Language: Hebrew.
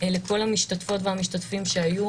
לכל המשתתפות והמשתתפים שהיו,